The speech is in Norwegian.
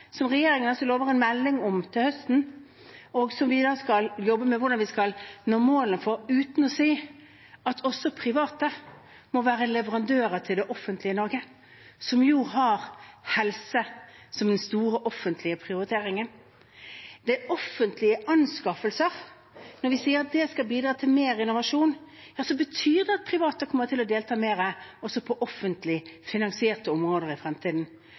som regjeringen lover en melding om til høsten, og som vi skal jobbe med om hvordan vi skal nå målene for – uten å si at også private må være leverandører til det offentlige Norge, som jo har helse som den store offentlige prioriteringen. Det er offentlige anskaffelser. Når vi sier at dette skal bidra til mer innovasjon, betyr det at private kommer til å delta mer også på offentlig finansierte områder i fremtiden.